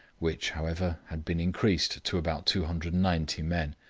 which, however, had been increased to about two hundred and ninety men.